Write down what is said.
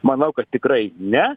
manau kad tikrai ne